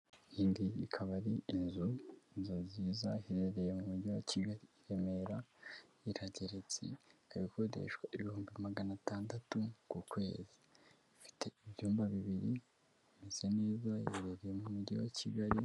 Iyi nzu, ikaba ari inzu iherereye mu mujyi wa Kigali i Remera, irageretse, ikaba ikodeshwa ibihumbi magana atandatu ku kwezi, ifite ibyumba bibiri, imeze neza, ikaba iherereye mu mujyi wa Kigali.